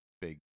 big